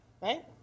right